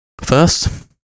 First